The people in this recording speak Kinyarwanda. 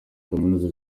kaminuza